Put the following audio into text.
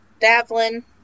Davlin